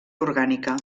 orgànica